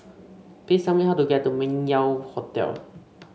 please tell me how to get to Meng Yew Hotel